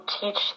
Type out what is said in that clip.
teach